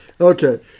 Okay